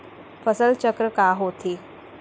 फसल चक्र का होथे?